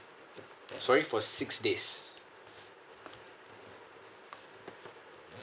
sorry for six days